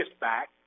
back